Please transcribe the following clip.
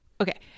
okay